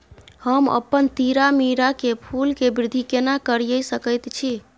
हम अपन तीरामीरा के फूल के वृद्धि केना करिये सकेत छी?